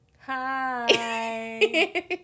Hi